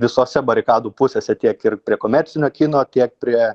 visose barikadų pusėse tiek ir prie komercinio kino tiek prie